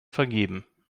vergeben